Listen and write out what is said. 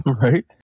right